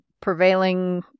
prevailing